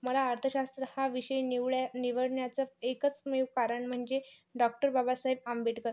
मला अर्थशास्त्र हा विषय निवड्या निवडण्याचं एकमेव कारण म्हणजे डॉक्टर बाबासाहेब आंबेडकर